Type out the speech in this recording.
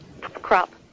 crop